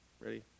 ready